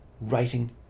writing